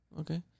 Okay